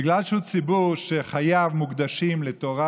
בגלל שהוא ציבור שחייו מוקדשים לתורה